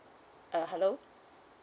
uh hello